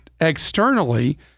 externally